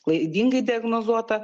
klaidingai diagnozuota